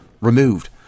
removed